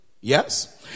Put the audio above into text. Yes